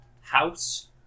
house